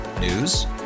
News